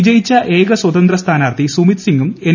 വിജയിച്ച ഏക സ്വതന്ത്ര സ്ഥാനാർത്ഥി സുമന്ത് സിങ്ങും എൻ